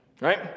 right